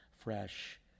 fresh